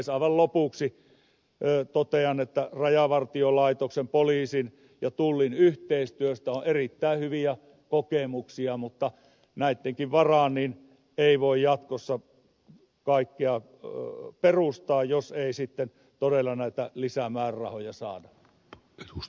aivan lopuksi totean että rajavartiolaitoksen poliisin ja tullin yhteistyöstä on erittäin hyviä kokemuksia mutta senkään varaan ei voi jatkossa kaikkea perustaa jos ei todella näitä lisämäärärahoja saada